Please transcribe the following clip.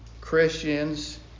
Christians